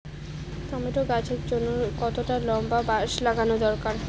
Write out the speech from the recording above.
Tomato গাছের জন্যে কতটা লম্বা বাস লাগানো দরকার?